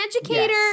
educator